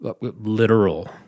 literal